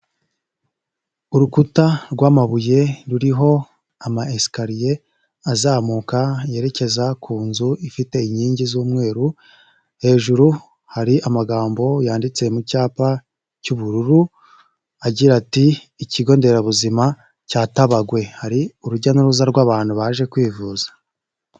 Urukuta rw'amabuye, ruriho amayesikariye, azamuka yerekeza ku nzu ifite inkingi z'umweru, hejuru hari amagambo yanditse mu cyapa cy'ubururu, agira ati, ''ikigo nderabuzima cya Tabagwe, hari urujya n'uruza rw'abantu baje kwivuza''.